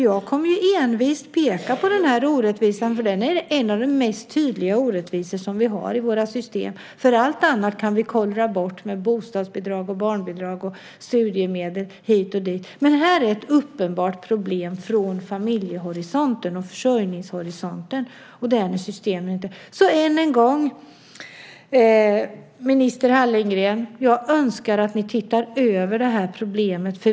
Jag kommer envist att peka på den här orättvisan. Den är en av de mest tydliga orättvisor som vi har i våra system. Allt annat kan vi kollra bort med bostadsbidrag, barnbidrag och studiemedel hit och dit, men här finns ett uppenbart problem från familje och försörjningshorisonten. Minister Hallengren! Jag önskar än en gång att ni tittar över det här problemet.